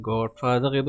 Godfather